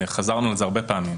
חזרנו על זה הרבה פעמים,